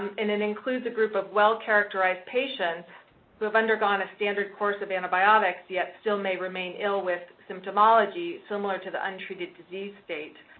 and it includes a group of well-characterized patients who have undergone a standard course of antibiotics, yet still may remain ill with symptomology similar to the untreated disease state.